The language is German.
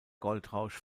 goldrausch